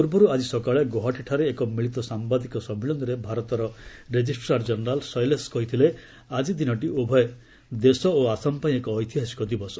ପୂର୍ବରୁ ଆଜି ସକାଳେ ଗୌହାଟିଠାରେ ଏକ ମିଳିତ ସାମ୍ବାଦିକ ସମ୍ମିଳନୀରେ ଭାରତର ରେଜିଷ୍ଟ୍ରାର୍ କେନେରାଲ୍ ଶୈଳେଶ କହିଥିଲେ ଆଜି ଦିନଟି ଉଭୟ ଦେଶ ଓ ଆସାମ ପାଇଁ ଏକ ଐତିହାସିକ ଦିବସ